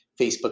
Facebook